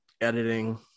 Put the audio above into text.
editing